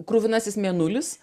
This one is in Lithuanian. kruvinasis mėnulis